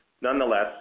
Nonetheless